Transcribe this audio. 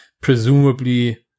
Presumably